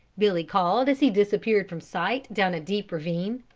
billy called as he disappeared from sight down a deep ravine.